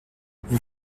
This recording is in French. vous